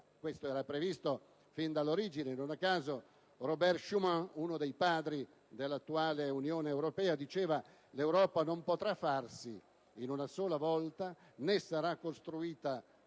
questo era previsto fin dall'origine; non a caso Robert Schumann, uno dei padri dell'attuale Unione europea, diceva: «L'Europa non potrà farsi in una sola volta, né sarà costruita tutta